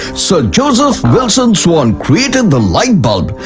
sir joseph wilson swan created the light bulb,